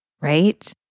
right